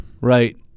Right